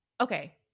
okay